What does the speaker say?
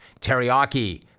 teriyaki